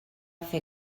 fer